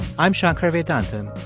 i'm shankar vedantam.